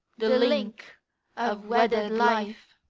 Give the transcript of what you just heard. the link of wedded life?